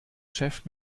chef